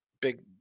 big